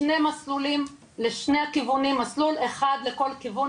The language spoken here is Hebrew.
שני מסלולים לשני הכיוונים, מסלול אחד לכל כיוון.